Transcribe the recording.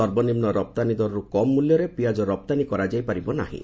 ସର୍ବନିମ୍ବ ରପ୍ତାନୀ ଦରରୁ କମ୍ ମୂଲ୍ୟରେ ପିଆକ ରପ୍ତାନୀ କରାଯାଇ ପାରିବ ନାହିଁ